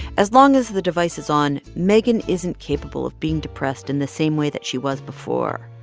as long as the device is on, megan isn't capable of being depressed in the same way that she was before.